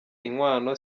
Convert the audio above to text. inkwano